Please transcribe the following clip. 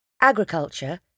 agriculture